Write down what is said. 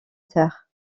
terre